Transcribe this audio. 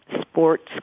sports